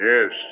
Yes